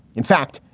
in fact,